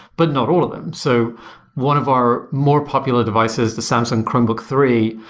but not all of them. so one of our more popular devices, the samsung chromebook three,